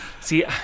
See